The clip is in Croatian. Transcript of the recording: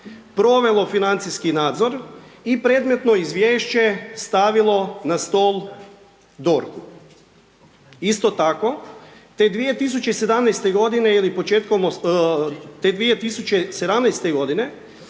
provelo financijski nadzor i predmetno izvješće stavilo na stol DORH-u. Isto tako, te 2017.-te godine